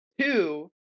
two